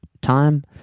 time